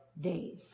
days